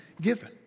given